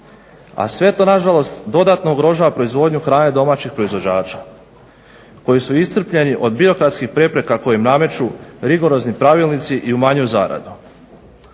a sve to nažalost dodatno ugrožava proizvodnju hrane domaćih proizvođač koji su iscrpljeni od birokratskih prepreka koje im nameću rigorozni pravilnici i umanjuju zaradu.